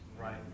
Right